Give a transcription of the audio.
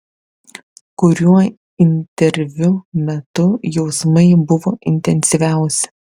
kuriuo interviu metu jausmai buvo intensyviausi